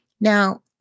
Now